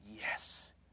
yes